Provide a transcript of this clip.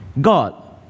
God